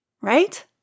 right